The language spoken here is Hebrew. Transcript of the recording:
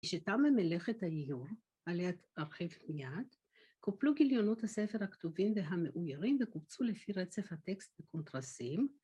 כשתאמן מלך את האיור, עליה ארחיב מיד, קופלו גיליונות הספר הכתובים והמאוירים וקופצו לפי רצף הטקסט בקונטרסים.